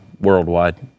worldwide